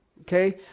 Okay